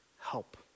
help